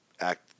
act